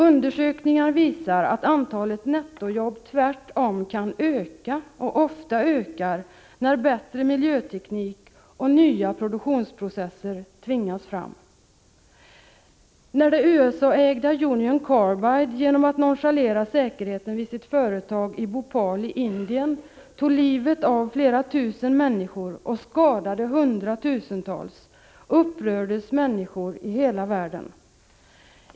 Undersökningar har tvärtom visat att antalet nettojobb ofta ökar när bättre miljöteknik eller nya produktionsprocesser tvingas fram. 95 När det USA-ägda Union Carbide genom att nonchalera säkerheten vid sitt företag i Bhopal i Indien tog livet av flera tusen människor och skadade hundratusentals upprördes människor i hela världen.